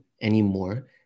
anymore